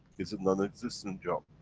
is a non-existent job.